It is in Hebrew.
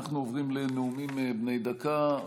אנחנו עוברים לנאומים בני דקה.